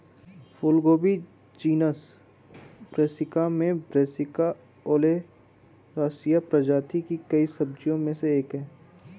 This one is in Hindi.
फूलगोभी जीनस ब्रैसिका में ब्रैसिका ओलेरासिया प्रजाति की कई सब्जियों में से एक है